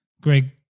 Greg